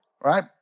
right